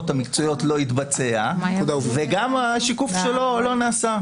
המקצועיות לא התבצע וגם השיקוף שלו לא נעשה.